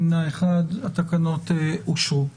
נמנע אחד, התקנות אושרו.